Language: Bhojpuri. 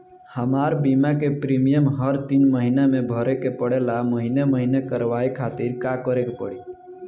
हमार बीमा के प्रीमियम हर तीन महिना में भरे के पड़ेला महीने महीने करवाए खातिर का करे के पड़ी?